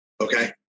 Okay